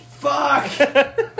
fuck